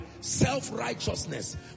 self-righteousness